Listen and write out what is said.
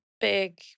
big